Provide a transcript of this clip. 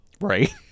Right